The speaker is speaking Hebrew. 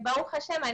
ברום השם,